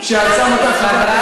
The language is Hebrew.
בני בגין?